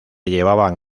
llevaban